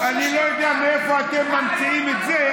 אני לא יודע מאיפה אתם ממציאים את זה,